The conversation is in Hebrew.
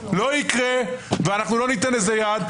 זה לא יקרה, ואנחנו לא ניתן לזה יד.